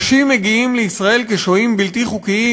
ואנשים מגיעים לישראל כשוהים בלתי חוקיים